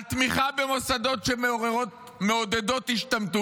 על תמיכה במוסדות שמעודדים השתמטות,